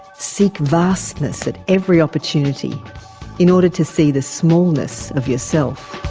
seek vastness at every opportunity in order to see the smallness of yourself.